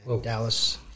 Dallas